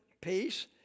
peace